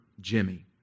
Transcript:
Jimmy